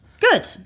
Good